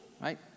Right